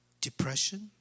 depression